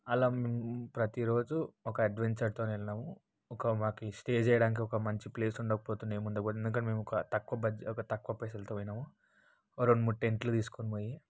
అలా ప్రతిరోజు ఒక అడ్వెంచర్తోని వెళ్ళినాము ఒక మాకి స్టే చేయటానికి ఒక మంచి ప్లేస్ ఉండకపోతుండే ఏముండకపోతుండే ఎందుకంటే మేము ఒక తక్కువ బడ్జెట్ ఒక తక్కువ పైసలతో పోయినాము రెండు మూడు టెంట్లు తీసుకొనిపొయ్యి